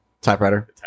typewriter